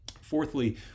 Fourthly